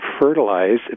fertilize